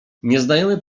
nieznajomy